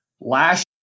Last